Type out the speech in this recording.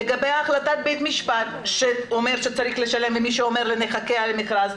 לגבי החלטת בית המשפט שאומר שצריך לשלם ומי שאומר 'נחכה למכרז',